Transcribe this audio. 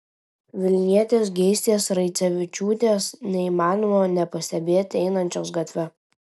vilnietės geistės raicevičiūtės neįmanoma nepastebėti einančios gatve